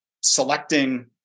selecting